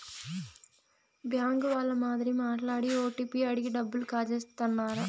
bank వాళ్ళ మాదిరి మాట్లాడి ఓటీపీ అడిగి డబ్బులు కాజేత్తన్నారు